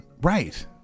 Right